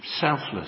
selfless